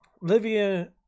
Livia